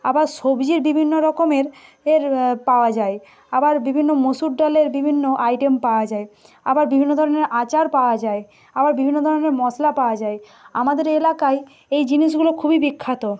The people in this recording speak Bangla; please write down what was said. আবার সবজির বিভিন্ন রকমের এর পাওয়া যায় আবার বিভিন্ন মসুর ডালের বিভিন্ন আইটেম পাওয়া যায় আবার বিভিন্ন ধরনের আচার পাওয়া যায় আবার বিভিন্ন ধরনের মশলা পাওয়া যায় আমাদের এলাকায় এই জিনিসগুলো খুবই বিখ্যাত